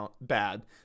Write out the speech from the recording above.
bad